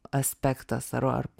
aspektas ar ar